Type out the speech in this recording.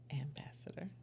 ambassador